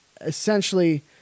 Essentially